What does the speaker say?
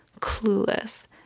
clueless